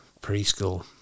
preschool